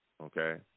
okay